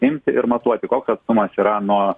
imti ir matuoti koks atstumas yra nuo